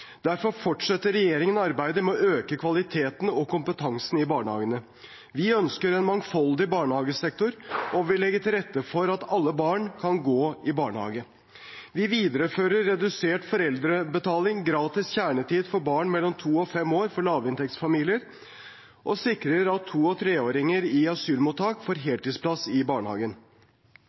Derfor fortsetter regjeringen arbeidet med å øke kvaliteten og kompetansen i barnehagene. Vi ønsker en mangfoldig barnehagesektor, og vi vil legge til rette for at alle barn kan gå i barnehage. Vi viderefører redusert foreldrebetaling, gratis kjernetid for barn mellom to og fem år fra lavinntektsfamilier, og vi sikrer at to- og treåringer i asylmottak får heltidsplass i barnehagen.